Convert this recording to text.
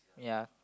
ya